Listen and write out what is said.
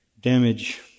damage